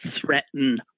threaten